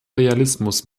realismus